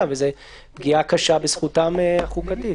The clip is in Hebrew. זאת פגיעה קשה בזכותם החוקתית.